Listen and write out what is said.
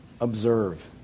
observe